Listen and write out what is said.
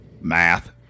Math